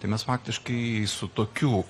tai mes faktiškai su tokiu